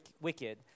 wicked